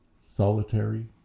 solitary